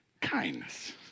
kindness